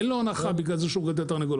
אין לו הנחה בגלל זה שהוא מגדל תרנגולות.